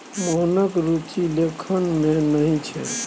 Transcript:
मोहनक रुचि लेखन मे नहि छै